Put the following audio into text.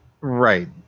Right